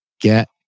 Get